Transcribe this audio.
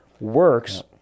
works